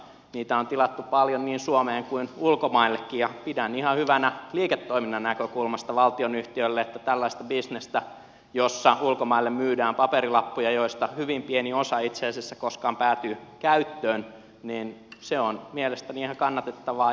niitä on tilattu paljon niin suomeen kuin ulkomaillekin ja pidän ihan hyvänä liiketoiminnan näkökulmasta valtionyhtiölle tällaista bisnestä jossa ulkomaille myydään paperilappuja joista hyvin pieni osa itse asiassa koskaan päätyy käyttöön ja se on mielestäni ihan kannatettavaa